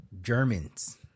Germans